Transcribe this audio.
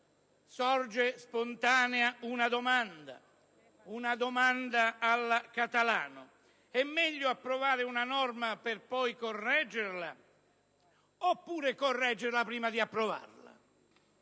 Sorge spontanea una domanda "alla Catalano": è meglio approvare una norma per poi correggerla, oppure correggerla prima di approvarla?